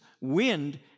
wind